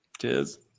Cheers